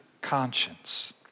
conscience